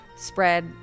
spread